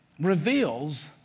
reveals